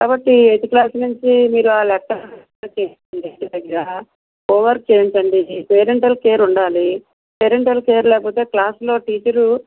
కాబట్టి eighth class నుంచి మీరు ఆ లెక్కలు చేయించండి ఇంటి దగ్గర హోంవర్క్ చేయించండి పేరెంటల్ కేర్ ఉండాలి కేర్ లేకపోతే క్లాస్లో టీచరు